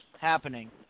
happening